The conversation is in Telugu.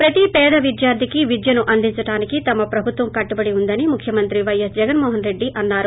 ప్రతి పేద విద్యార్ధికి విద్యను అందించడానికి తమ ప్రభుత్వం కట్టుబడి ఉందని ముఖ్యమంత్రి వైవోస్ జగన్మోహన్రెడ్డి అన్నారు